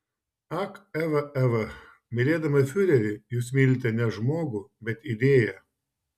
ak eva eva mylėdama fiurerį jūs mylite ne žmogų bet idėją